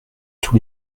tous